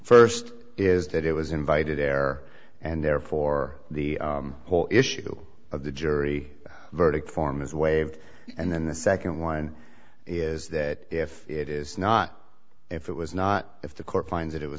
first is that it was invited air and therefore the whole issue of the jury verdict form is waived and then the second one is that if it is not if it was not if the court finds it it was